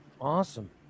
Awesome